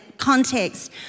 context